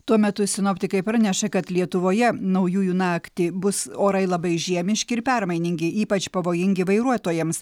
tuo metu sinoptikai praneša kad lietuvoje naujųjų naktį bus orai labai žiemiški ir permainingi ypač pavojingi vairuotojams